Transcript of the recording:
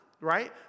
right